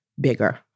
bigger